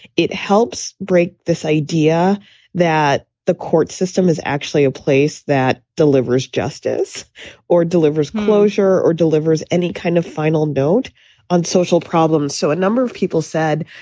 it helps break this idea that the court system is actually a place that delivers justice or delivers closure or delivers any kind of final note on social problems so a number of people said,